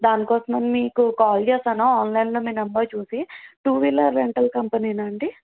దానికోసమని మీకు కాల్ చేశాను ఆన్లైన్లో మీ నంబర్ చూసి టూ వీలర్ రెంటల్ కంపెనీనేనా అండి